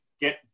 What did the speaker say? get